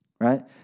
right